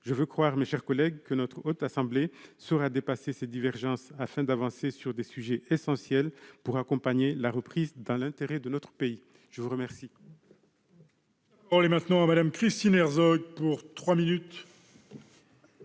Je veux croire, mes chers collègues, que notre Haute Assemblée saura dépasser ces divergences, afin d'avancer sur des sujets essentiels pour accompagner la reprise, dans l'intérêt de notre pays. La parole